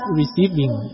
receiving